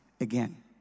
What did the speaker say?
again